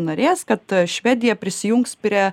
narės kad švedija prisijungs prie